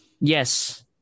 yes